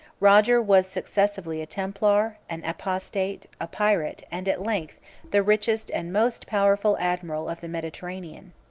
roger was successively a templar, an apostate, a pirate, and at length the richest and most powerful admiral of the mediterranean.